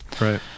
right